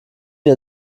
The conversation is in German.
die